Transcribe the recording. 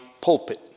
pulpit